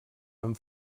amb